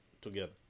Together